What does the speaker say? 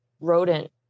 rodent